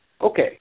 Okay